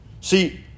See